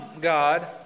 God